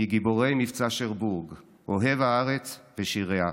מגיבורי מבצע שרבורג, אוהב הארץ ושיריה,